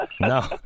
No